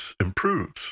improves